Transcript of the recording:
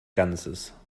ganzes